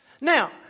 Now